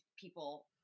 people